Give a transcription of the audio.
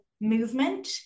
movement